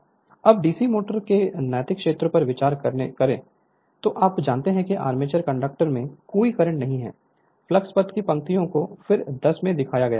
Refer Slide Time 3044 अब DC motor के नैतिक क्षेत्र पर विचार करें जो आप जानते हैं कि आर्मेचर कंडक्टर में कोई करंट नहीं है फ्लक्स पथ की पंक्तियों को फिगर 10 में दिखाया गया है